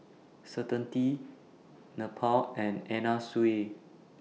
Certainty Snapple and Anna Sui